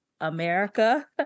America